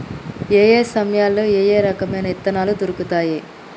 ఏయే సమయాల్లో ఏయే రకమైన విత్తనాలు దొరుకుతాయి?